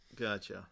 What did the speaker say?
Gotcha